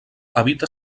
habita